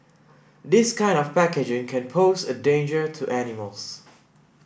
this kind of packaging can pose a danger to animals